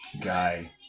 guy